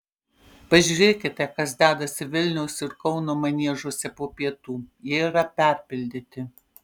pažiūrėkite kas dedasi vilniaus ir kauno maniežuose po pietų jie yra perpildyti